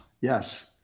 yes